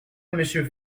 monsieur